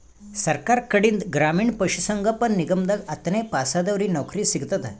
ಸರ್ಕಾರ್ ಕಡೀನ್ದ್ ಗ್ರಾಮೀಣ್ ಪಶುಸಂಗೋಪನಾ ನಿಗಮದಾಗ್ ಹತ್ತನೇ ಪಾಸಾದವ್ರಿಗ್ ನೌಕರಿ ಸಿಗ್ತದ್